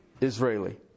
Israeli